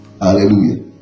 hallelujah